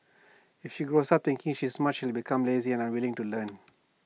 if she grows up thinking she's smart she'll become lazy and unwilling to learn